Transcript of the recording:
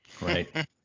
Right